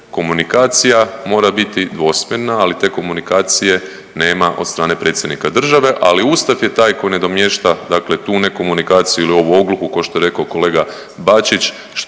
komunikacija mora biti dvosmjerna. Ali te komunikacije nema od strane Predsjednika države. Ali Ustav je taj koji nadomješta, dakle tu nekomunikaciju ili ovu ogluhu kao što je rekao kolega Bačić